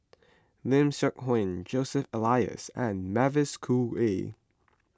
Lim Seok Hui Joseph Elias and Mavis Khoo Oei